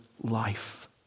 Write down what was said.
life